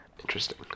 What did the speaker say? Interesting